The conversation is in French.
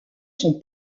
son